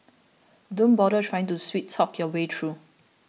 don't bother trying to sweet talk your way through